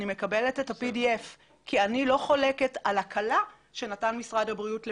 אני מקבלת את ה-PDF כי אני לא חולקת על הקלה שנתן משרד הבריאות לפני.